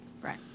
right